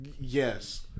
Yes